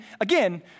again